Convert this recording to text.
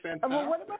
fantastic